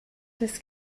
this